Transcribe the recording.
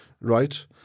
right